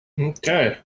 Okay